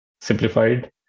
simplified